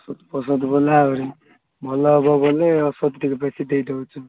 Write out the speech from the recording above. ଔଷଧ ଔଷଧ ଭଲ ଆଉରି ଭଲ ହେବ ବୋଇଲେ ଔଷଧ ଟିକେ ବେଶୀ ଦେଇ ଦେଉଛୁ